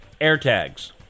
AirTags